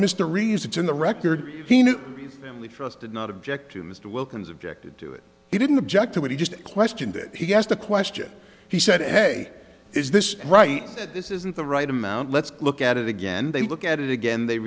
mysteries it's in the record and we trust did not object to mr wilkins objected to it he didn't object to it he just questioned it he asked a question he said hey is this right that this isn't the right amount let's look at it again they look at it again they